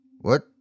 What